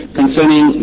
concerning